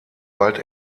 bald